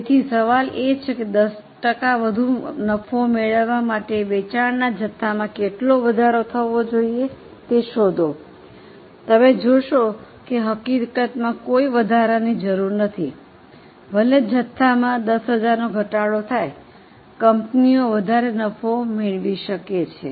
તેથી સવાલ એ છે કે 10 ટકા વધુ નફો મેળવવા માટે વેચાણના જથ્થામાં કેટલો વધારો થવો જોઈએ તે શોધો તમે જોશો કે હકીકતમાં કોઈ વધારો જરૂરી નથી ભલે જથ્થામાં 10000 નો ઘટાડો થાય કંપનીઓ વધારે નફો મેળવી શકે છે